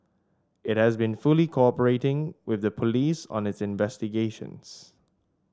it has been fully cooperating with the police on its investigations